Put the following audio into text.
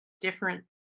different